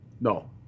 No